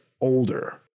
older